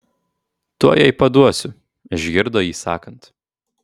tuoj jai paduosiu išgirdo jį sakant